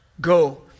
Go